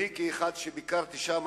כאחד שביקר שם,